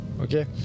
Okay